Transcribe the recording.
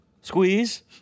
Squeeze